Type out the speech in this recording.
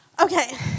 Okay